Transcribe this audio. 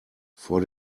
vor